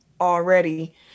already